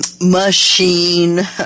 machine